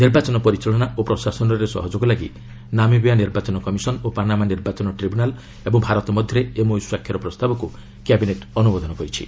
ନିର୍ବାଚନ ପରିଚାଳନା ଓ ପ୍ରଶାସନରେ ସହଯୋଗ ଲାଗି ନାମିବିଆ ନିର୍ବାଚନ କମିଶନ ଓ ପାନାମା ନିର୍ବାଚନ ଟ୍ରିବ୍ୟୁନାଲ୍ ଏବଂ ଭାରତ ମଧ୍ୟରେ ଏମ୍ଓୟୁ ସ୍ୱାକ୍ଷର ପ୍ରସ୍ତାବକୁ କ୍ୟାବିନେଟ୍ ଅନୁମୋଦନ କରିଛି